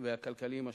והכלכליים השונים.